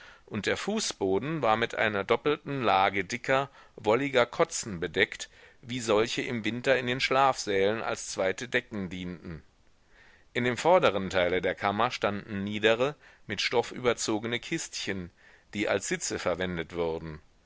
und der fußboden war mit einer doppelten lage dicker wolliger kotzen bedeckt wie solche im winter in den schlafsälen als zweite decken dienten in dem vorderen teile der kammer standen niedere mit stoff überzogene kistchen die als sitze verwendet wurden